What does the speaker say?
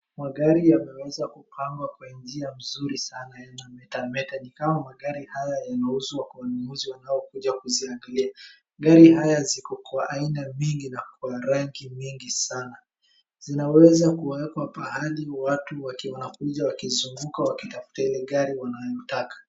Magari yameweza kupangwa kwa njia mzuri sana, yanametameta. Ni kama magari haya yanauzwa kwa wanunuzi wanaokuja kuziangalia. Gari haya ziko kwa aina vingi na kwa rangi mingi sana. Zinaweza kuwekwa pahali watu wakikuja wakizunguka wakitafta ile gari wanayotaka.